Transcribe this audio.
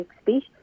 speech